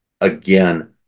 again